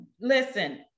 listen